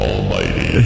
Almighty